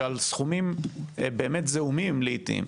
שעל סכומים באמת זעומים לעיתים,